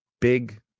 big